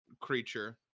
creature